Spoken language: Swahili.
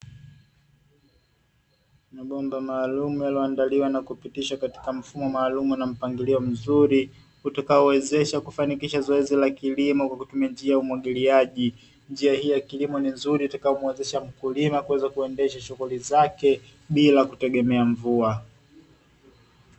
Mabomba maalumu yaliyoandaliwa na kupitishwa katika mfumo maalumu na mpangilio mzuri, utakaowezesha kufanikisha zoezi la kilimo kwa kutumia njia ya umwagiliaji, njia hii ya kilimo ni nzuri itakayomuwezesha mkulima kuweza kuendesha shughuli zake bila kutegemea mvua.